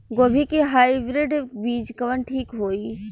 गोभी के हाईब्रिड बीज कवन ठीक होई?